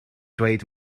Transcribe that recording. dweud